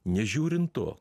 nežiūrint to